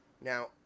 Now